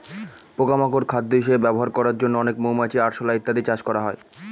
পোকা মাকড় খাদ্য হিসেবে ব্যবহার করার জন্য অনেক মৌমাছি, আরশোলা ইত্যাদি চাষ করা হয়